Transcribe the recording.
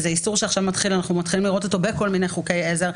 זה איסור שאנחנו מתחילים לראות אותו עכשיו בכל מיני חוקי עזר.